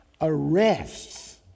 arrests